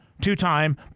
Two-time